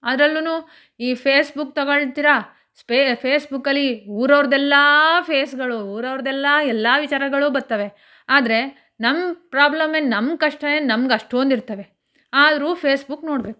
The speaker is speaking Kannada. ಅದರಲ್ಲೂ ಈ ಫೇಸ್ಬುಕ್ ತಗೊಳ್ತೀರಾ ಸ್ಪೆ ಫೇಸ್ಬುಕಲ್ಲಿ ಊರವ್ರದ್ದೆಲ್ಲ ಫೇಸ್ಗಳು ಊರವ್ರದ್ದೆಲ್ಲ ಎಲ್ಲ ವಿಚಾರಗಳು ಬರ್ತವೆ ಆದರೆ ನಮ್ಮ ಪ್ರಾಬ್ಲಮ್ಮೆ ನಮ್ಮ ಕಷ್ಟವೇ ನಮ್ಗೆ ಅಷ್ಟೊಂದಿರ್ತವೆ ಆದರೂ ಫೇಸ್ಬುಕ್ ನೋಡಬೇಕು